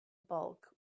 bulk